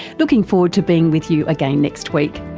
looking forward to being with you again next week